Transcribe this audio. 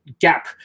gap